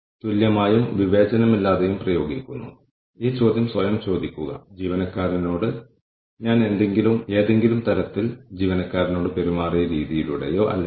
അപ്പോൾ ജീവനക്കാരുടെ മനോഭാവം ജീവനക്കാരുടെ സംതൃപ്തി സംഘടനാ പ്രതിബദ്ധത ജീവനക്കാരുടെ ഇടപെടൽ ഇതെല്ലാം ആകാം